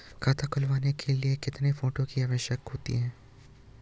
खाता खुलवाने के लिए कितने फोटो की आवश्यकता होती है?